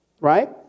right